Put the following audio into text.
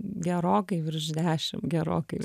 gerokai virš dešim gerokai